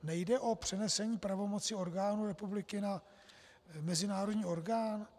Nejde o přenesení pravomoci orgánu republiky na mezinárodní orgán?